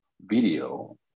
video